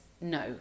No